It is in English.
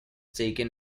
taken